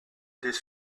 des